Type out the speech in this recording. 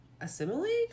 assimilate